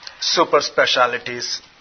super-specialities